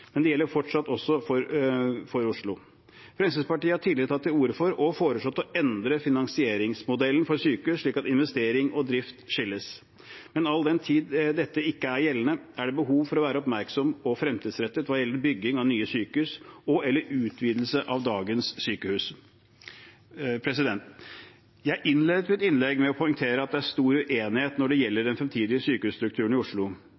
men gjelder fortsatt også for Oslo. Fremskrittspartiet har tidligere tatt til orde for og foreslått å endre finansieringsmodellen for sykehus slik at investering og drift skilles. Men all den tid dette ikke er gjeldende, er det behov for å være oppmerksom og fremtidsrettet hva gjelder bygging av nye sykehus og/eller utvidelse av dagens sykehus. Jeg innledet mitt innlegg med å poengtere at det er stor uenighet når det gjelder den fremtidige sykehusstrukturen i Oslo.